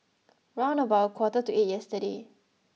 round about a quarter to eight yesterday